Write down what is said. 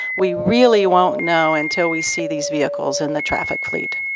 we really won't know until we see these vehicles in the traffic fleet.